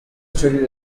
studied